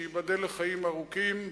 שייבדל לחיים ארוכים.